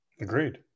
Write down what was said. Agreed